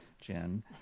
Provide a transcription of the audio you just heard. Jen